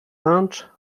lunch